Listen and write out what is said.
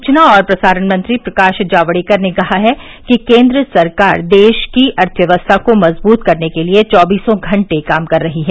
सूचना और प्रसारण मंत्री प्रकाश जावड़ेकर ने कहा है कि केन्द्र सरकार देश की अर्थव्यवस्था को मजबूत करने के लिए चौबीसों घंटे काम कर रही है